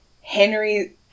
Henry